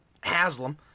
Haslam